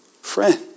Friend